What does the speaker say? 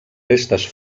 restes